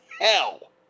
hell